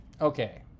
okay